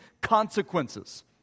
consequences